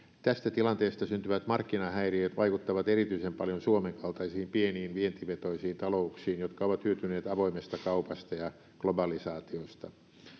tästä tilanteesta syntyvät markkinahäiriöt vaikuttavat erityisen paljon suomen kaltaisiin pieniin vientivetoisiin talouksiin jotka ovat hyötyneet avoimesta kaupasta ja globalisaatiosta